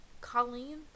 colleen